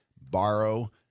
borrow